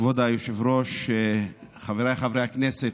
כבוד היושב-ראש, חבריי חברי הכנסת,